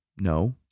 No